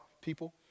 people